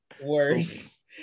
worse